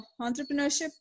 entrepreneurship